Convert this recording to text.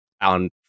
on